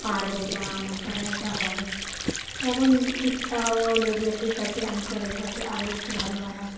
পারব বা আমার দ্বারা এটা হবে তখন ইচ্ছাও হলো যে ঠিক আছে আমি পরের বছর আরও একটু ভালো বানাব